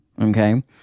Okay